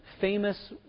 famous